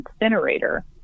Incinerator